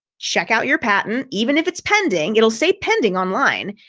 check out your patent, even if it's pending, it'll say pending online.